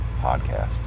Podcast